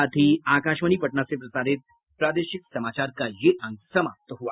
इसके साथ ही आकाशवाणी पटना से प्रसारित प्रादेशिक समाचार का ये अंक समाप्त हुआ